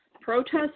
protest